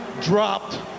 dropped